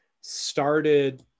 started